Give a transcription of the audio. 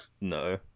No